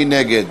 מי נגד?